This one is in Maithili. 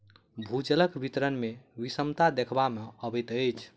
भूजलक वितरण मे विषमता देखबा मे अबैत अछि